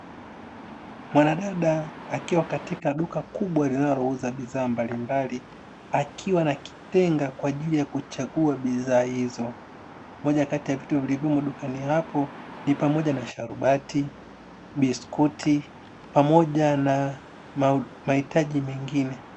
Mwanadada akiwa katika duka kubwa linalouza bidhaa mbalimbali akiwa na kitenga kwa ajili ya kuchagua bidhaa hizo moja kati ya vitu vilivyopo dukani hapo ni pamoja na sharubati, biskuti pamoja na mahitaji mengine